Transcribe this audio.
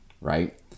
right